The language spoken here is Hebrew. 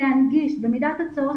להנגיש במידת הצורך,